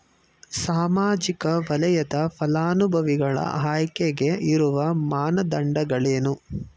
ಸಾಮಾಜಿಕ ವಲಯದ ಫಲಾನುಭವಿಗಳ ಆಯ್ಕೆಗೆ ಇರುವ ಮಾನದಂಡಗಳೇನು?